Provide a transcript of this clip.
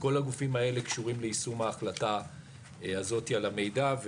כל הגופים האלה קשורים ליישום ההחלטה הזאת על המידע,